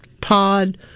pod